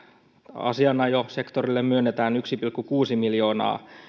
asianajosektorille myönnetään yksi pilkku kuusi miljoonaa